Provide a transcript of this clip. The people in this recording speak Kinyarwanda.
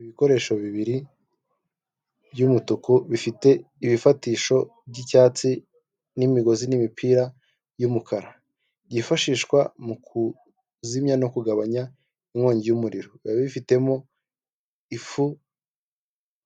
Ibikoresho bibiri by'umutuku bifite ibifatisho by'icyatsi n'imigozi n'imipira yumukara, byifashishwa mu kuzimya no kugabanya inkongi yumuriro biba bifitemo ifu